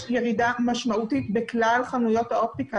יש ירידה משמעותית בכלל חנויות האופטיקה,